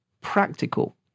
practical